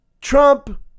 Trump